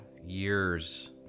years